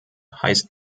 heißt